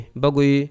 bagui